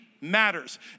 matters